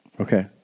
Okay